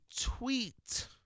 tweet